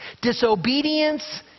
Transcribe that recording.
disobedience